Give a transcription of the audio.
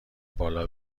بالا